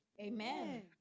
Amen